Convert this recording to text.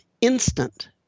instant